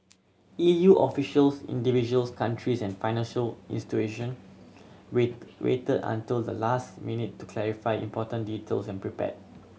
E U officials individual countries and financial institution waited until the last minute to clarify important details and prepare